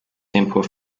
simple